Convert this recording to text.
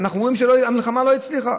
אנחנו אומרים שהמלחמה לא הצליחה.